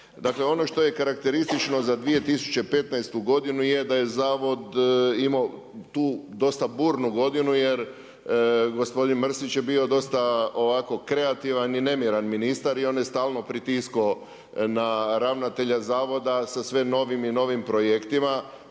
Dakle ono što je karakteristično za 2015. godinu je da je zavod imao tu dosta budnu godinu jer gospodin Mrsić je bio dosta ovako, kreativan i nemiran ministar i on je stalno pritiskao na ravnatelja zavoda sa sve novim i novim projektima,